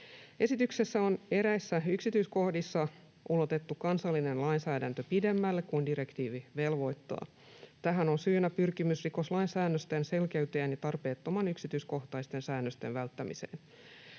Esityksessä on eräissä yksityiskohdissa ulotettu kansallinen lainsäädäntö pidemmälle kuin direktiivi velvoittaa. Tähän on syynä pyrkimys rikoslain säännösten selkeyteen ja tarpeettoman yksityiskohtaisten säännösten välttämiseen.